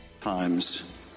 ...times